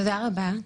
תודה רבה.